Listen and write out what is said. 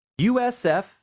USF